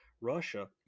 Russia